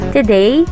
Today